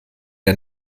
der